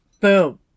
boom